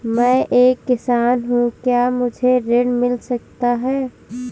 मैं एक किसान हूँ क्या मुझे ऋण मिल सकता है?